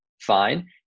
fine